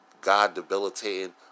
God-debilitating